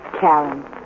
Karen